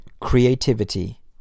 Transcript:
Creativity